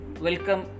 Welcome